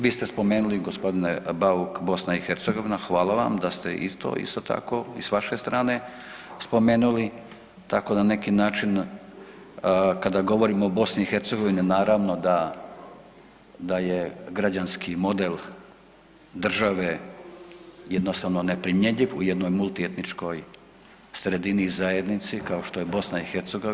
Vi ste spomenuli g. Bauk, BiH, hvala vam da ste isto tako i s vaše strane spomenuli, tako da na neki način kada govorimo o BiH naravno da je građanski model države jednostavno neprimjenjiv u jednoj multietničkoj sredini i zajednici kao što je BiH.